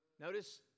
Notice